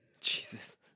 Jesus